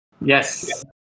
Yes